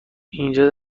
اینجا